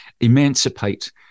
emancipate